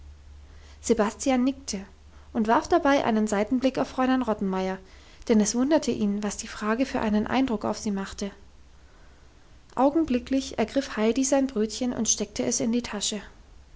sebastian nickte und warf dabei einen seitenblick auf fräulein rottenmeier denn es wunderte ihn was die frage für einen eindruck auf sie mache augenblicklich ergriff heidi sein brötchen und steckte es in die tasche